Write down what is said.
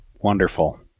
Wonderful